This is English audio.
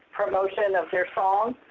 promotion of their song?